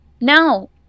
No